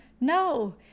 No